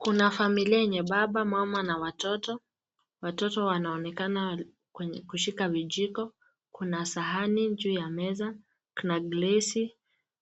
Kuna familia yenye baba, mama na watoto. Watoto wanaonekana kushika vijiko, kuna sahani juu ya meza kuna glasi,